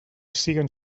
siguen